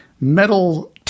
metal